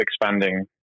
expanding